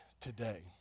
today